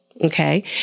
Okay